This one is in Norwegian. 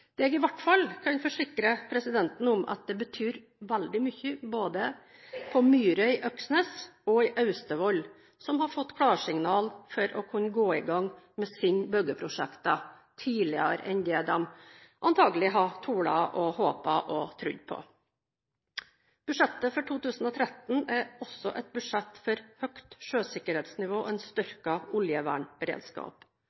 Det jeg i hvert fall kan forsikre om, er at det betyr veldig mye både på Myre i Øksnes og i Austevoll, som har fått klarsignal til å kunne gå i gang med sine byggeprosjekter tidligere enn det de antakelig hadde tort å håpe og tro. Budsjettet for 2013 er også et budsjett for høyt sjøsikkerhetsnivå og en